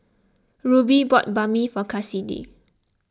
Ruby bought Banh Mi for Kassidy